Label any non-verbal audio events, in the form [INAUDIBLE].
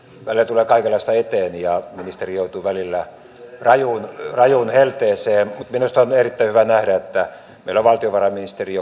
välillä tulee kaikenlaista eteen ja ministeri joutuu välillä rajuun rajuun helteeseen mutta minusta on erittäin hyvä nähdä että meillä on valtiovarainministeri [UNINTELLIGIBLE]